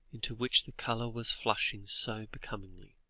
into which the colour was flushing so becomingly